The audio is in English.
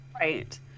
Right